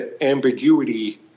ambiguity